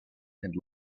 had